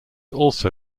also